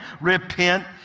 Repent